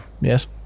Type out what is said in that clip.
Yes